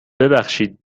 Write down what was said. ببخشید